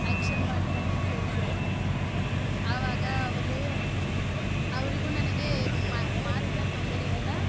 action ಮಾಡ್ತಾನೇ ಕೇಳಿದೆವು ಆವಾಗ ಅವರು ಅವರಿಗೂ ನನಗೆ ಮಾತಿನ ತೊಂದರೆಯಿಂದ